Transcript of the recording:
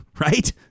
right